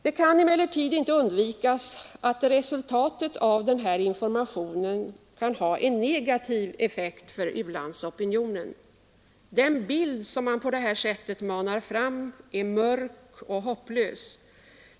Det kan emellertid inte undvikas att resultatet av denna information får en negativ effekt för u-landsopinionen. Den bild som på detta sätt manas fram är mörk och hopplös.